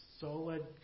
solid